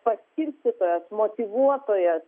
paskirstytojas motyvuotojas